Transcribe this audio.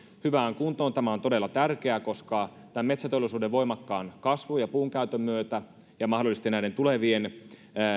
hyvään kuntoon tämä on todella tärkeää koska metsäteollisuuden voimakkaan kasvun ja puunkäytön myötä ja mahdollisesti näiden tulevien